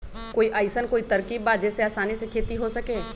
कोई अइसन कोई तरकीब बा जेसे आसानी से खेती हो सके?